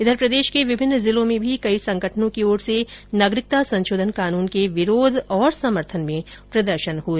इधर प्रदेश के विभिन्न जिलों में भी कई संगठनों की ओर से नागरिकता संशोधन कानून के विरोध और समर्थन में प्रदर्शन हुए